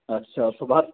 अच्छा सुबह